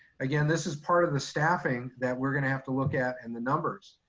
again, this is part of the staffing that we're going to have to look at and the numbers.